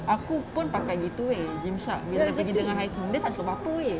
aku pun pakai gitu wei eh gymshark yang pergi dengan hari tu dia tak cakap apa-apa wei eh